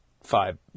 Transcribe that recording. five